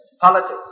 politics